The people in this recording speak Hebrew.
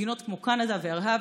מדינות כמו קנדה וארה"ב,